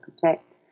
protect